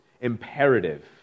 imperative